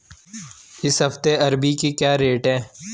इस हफ्ते अरबी के क्या रेट हैं?